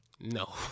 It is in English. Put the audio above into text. No